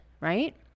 right